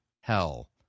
hell